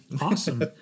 awesome